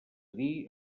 dir